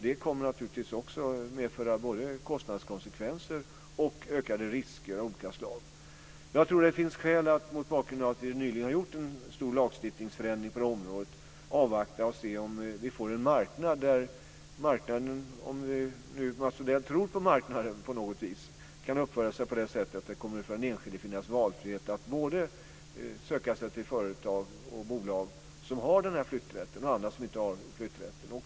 Det kommer naturligtvis också att medföra både kostnadskonsekvenser och ökade risker av olika slag. Mot bakgrund av att vi nyligen har gjort en stor lagstiftningsförändring på detta område tror jag att det finns skäl att avvakta och se om vi får en marknad - om Mats Odell nu tror på marknaden på något vis - som kan uppföra sig på ett sådant sätt att det kommer att finnas valfrihet för den enskilde att både söka sig till företag och bolag som har denna flytträtt och till andra som inte har denna flytträtt.